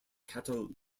cattle